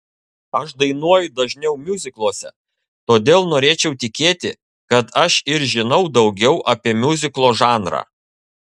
aš dainuoju dažniau miuzikluose todėl norėčiau tikėti kad aš ir žinau daugiau apie miuziklo žanrą